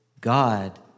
God